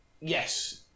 Yes